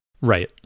Right